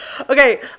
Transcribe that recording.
Okay